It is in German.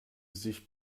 sich